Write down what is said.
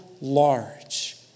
large